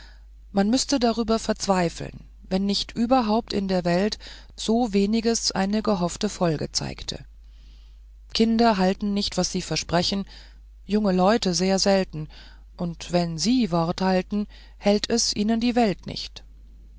man müßte darüber verzweifeln wenn nicht überhaupt in der welt so weniges eine gehoffte folge zeigte kinder halten nicht was sie versprechen junge leute sehr selten und wenn sie wort halten hält es ihnen die welt nicht